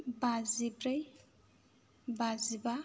बाजिब्रै बाजिबा